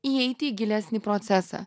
įeiti į gilesnį procesą